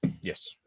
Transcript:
Yes